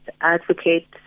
advocate